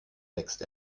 wächst